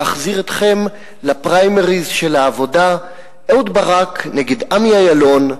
להחזיר אתכם לפריימריס של העבודה: אהוד ברק נגד עמי אילון,